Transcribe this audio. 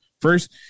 first